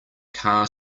car